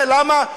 למה?